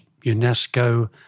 UNESCO